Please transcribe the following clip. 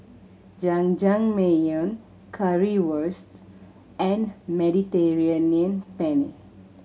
Jajangmyeon Currywurst and Mediterranean Penne